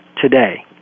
today